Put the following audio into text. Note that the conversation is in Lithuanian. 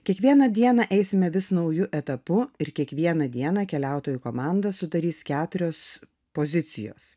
kiekvieną dieną eisime vis nauju etapu ir kiekvieną dieną keliautojų komandą sudarys keturios pozicijos